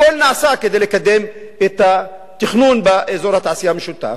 הכול נעשה כדי לתכנן לקדם את התכנון באזור התעשייה המשותף,